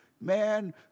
Man